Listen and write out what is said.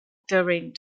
during